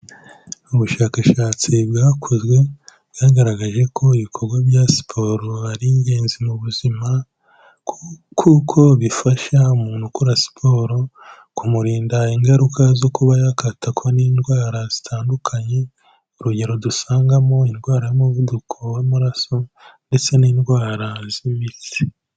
Ubushakashatsi bwakozwe, bwagaragaje ko ibikorwa bya siporo ari ingenzi mu buzima, kuko bifasha umuntu ukora siporo kumurinda ingaruka zo kuba yakatakwa n'indwara zitandukanye, urugero dusangamo indwara y'umuvuduko w'amaraso ndetse n'indwara z'imitsi.